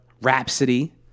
Rhapsody